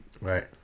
Right